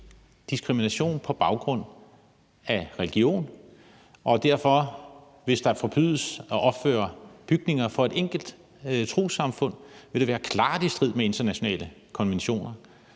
diskrimination på baggrund af religion, og at det derfor, hvis det forbydes at opføre bygninger for et enkelt trossamfund, klart vil være i strid med internationale konventioner.